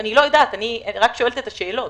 אני לא יודעת, אני רק שואלת את השאלות.